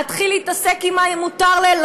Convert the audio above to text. להתחיל להתעסק עם מה מותר לו